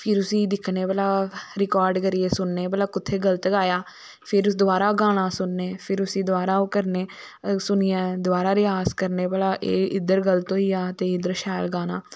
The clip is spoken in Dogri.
फिर उसी दिक्खने भला रिकार्ड़ करियै सुनने भला कुत्थे गल्त गाया फिर दवारा गाना सुनने फिर उसी दवारा ओह् करने सुनियै दवारा रिआज़ करने भला एह् इध्दर गल्त होईया ते इध्दर शैल गाना